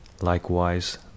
likewise